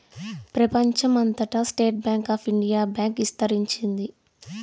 ప్రెపంచం అంతటా state bank of India bank ఇస్తరించింది